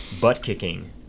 butt-kicking